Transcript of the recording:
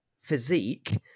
physique